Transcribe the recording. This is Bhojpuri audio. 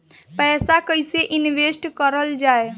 पैसा कईसे इनवेस्ट करल जाई?